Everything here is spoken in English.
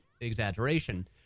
exaggeration